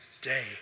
day